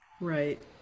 right